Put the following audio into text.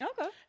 Okay